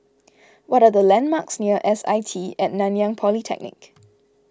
what are the landmarks near S I T at Nanyang Polytechnic